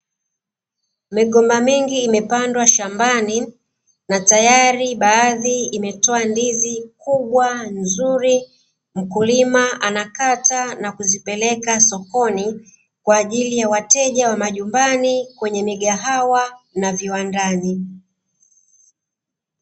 Migomba mingi imepandwa shambani, na tayari baadhi imetoa ndizi kubwa nzuri, mkulima anakata na kuzipeleka sokoni, kwa ajili ya wateja wa majumbani, kwenye migahawa na viwandani.